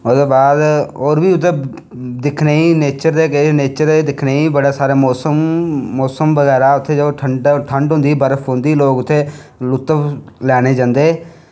ते ओह्दे बाद होर बी उत्थें दिक्खनै ई नेचर दिक्खनै ई बड़ा सारा मौसम मौसम बगैरा बड़ी ठंड पौंदी ते लोग बगैरा उत्थें लुत्फ लैने गी जंदे